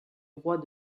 roi